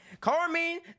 Carmine